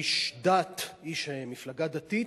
איש דת, איש מפלגה דתית,